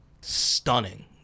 stunning